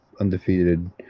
undefeated